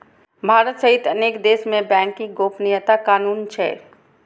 भारत सहित अनेक देश मे बैंकिंग गोपनीयता कानून छै